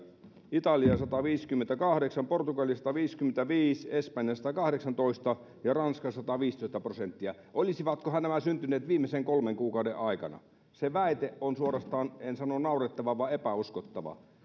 italian sataviisikymmentäkahdeksan portugalin sataviisikymmentäviisi espanjan satakahdeksantoista ja ranskan sataviisitoista prosenttia olisivatkohan nämä syntyneet viimeisen kolmen kuukauden aikana se väite on suorastaan en sano naurettava vaan epäuskottava